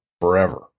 forever